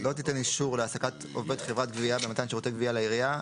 לא תיתן אישור להעסקת עובד חברת גבייה במתן שירותי גבייה לעירייה,